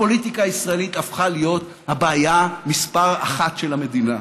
הפוליטיקה הישראלית הפכה להיות הבעיה מספר אחת של המדינה.